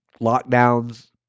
lockdowns